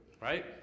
Right